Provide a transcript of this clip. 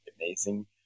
amazing